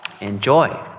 Enjoy